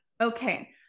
Okay